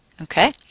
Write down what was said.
Okay